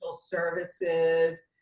services